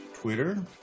Twitter